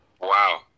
Wow